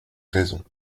raison